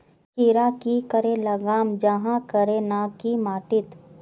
खीरा की करे लगाम जाहाँ करे ना की माटी त?